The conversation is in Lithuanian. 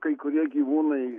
kai kurie gyvūnai